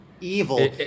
evil